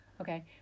Okay